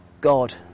God